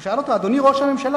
הוא שאל אותו: אדוני ראש הממשלה,